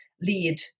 lead